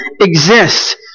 exist